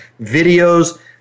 videos